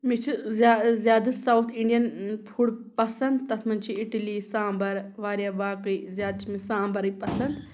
مےٚ چھُ زیا زیادٕ ساوُتھ اِنڈیَن فُڈ پَسنٛد تَتھ منٛز چھِ اِٹلی سانبَر واریاہ باقٕے زیادٕ چھِ مےٚ سانبَرٕے پَسنٛد